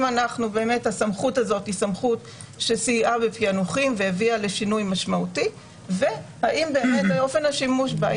באמת הסמכות הזאת סייעה בפענוחים והביאה לשינוי משמעותי ואופן השימוש בה,